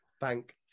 Thank